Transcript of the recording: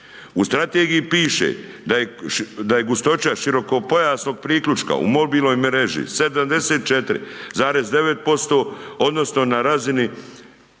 U strategiji piše, da je gustoća širokopojasnog priključka u mobilnoj mreži 74,9% odnosno na razini